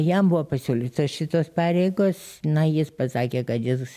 jam buvo pasiūlyta šitos pareigos na jis pasakė kad jis